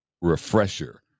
Refresher